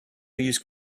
use